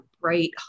bright